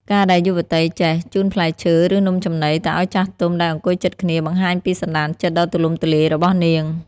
ការដែលយុវតីចេះ "ជូនផ្លែឈើ ឬនំចំណី" ទៅឱ្យចាស់ទុំដែលអង្គុយជិតគ្នា បង្ហាញពីសណ្ដានចិត្តដ៏ទូលំទូលាយរបស់នាង។